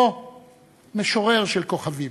או משורר של כוכבים.